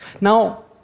Now